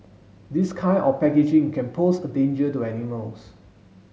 this kind of packaging can pose a danger to animals